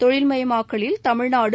தொழில்மயமாக்கலில் Tamil Nadu